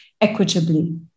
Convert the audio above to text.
equitably